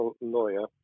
lawyer